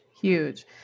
huge